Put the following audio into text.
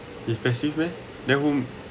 it's passive meh then whom